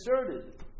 inserted